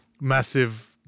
massive